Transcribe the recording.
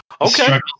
Okay